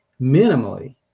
minimally